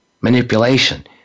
manipulation